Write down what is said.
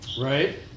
right